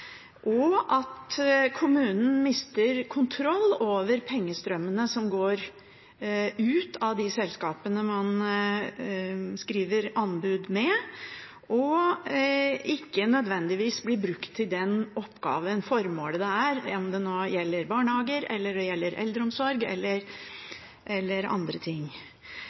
og at kommunen mister kontroll over pengestrømmene som går ut av de selskapene man skriver avtale med, at pengene ikke nødvendigvis blir brukt til den oppgaven som er formålet, hvem det nå gjelder: barnehage, eldreomsorg eller